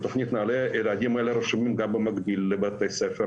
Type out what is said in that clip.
בתוכנית נעל"ה הילדים רשומים במקביל גם בבתי הספר